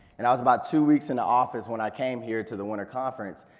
and i was about two weeks in the office when i came here to the winter conference,